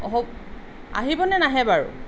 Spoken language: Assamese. আহিবনে নাহে বাৰু